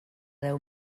deu